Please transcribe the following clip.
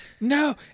no